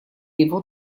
его